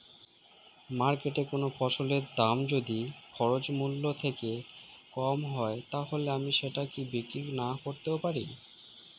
মার্কেটৈ কোন ফসলের দাম যদি খরচ মূল্য থেকে কম হয় তাহলে আমি সেটা কি বিক্রি নাকরতেও পারি?